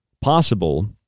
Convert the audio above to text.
possible